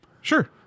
Sure